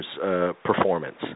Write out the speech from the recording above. performance